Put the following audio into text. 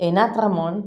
עינת רמון,